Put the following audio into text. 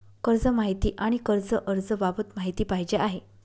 कर्ज माहिती आणि कर्ज अर्ज बाबत माहिती पाहिजे आहे